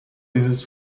dieses